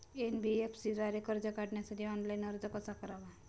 NBFC द्वारे कर्ज काढण्यासाठी ऑनलाइन अर्ज कसा करावा?